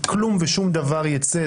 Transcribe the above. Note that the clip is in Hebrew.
באמת כלום ושום דבר ייצא.